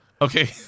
Okay